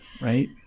right